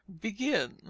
begin